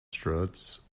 struts